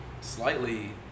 slightly